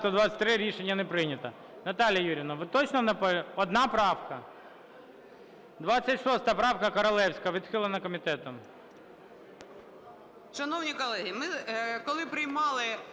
Рішення не прийнято. Наталія Юріївна, ви точно… Одна правка. 26 правка, Королевська, відхилена комітетом.